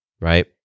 right